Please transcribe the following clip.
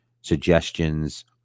suggestions